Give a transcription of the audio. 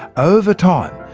over time,